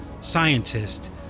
scientist